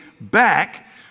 back